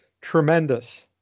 tremendous